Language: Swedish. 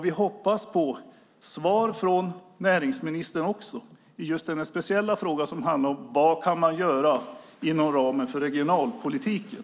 Vi hoppas på svar från näringsministern också i just denna speciella fråga som handlar om vad man kan göra inom ramen för regionalpolitiken.